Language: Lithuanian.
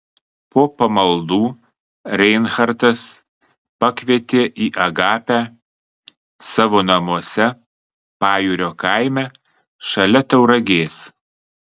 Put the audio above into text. po pamaldų reinhartas pakvietė į agapę savo namuose pajūrio kaime šalia tauragės